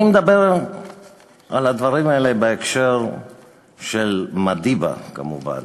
אני מדבר על הדברים האלה בהקשר של מדיבה, כמובן,